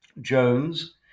Jones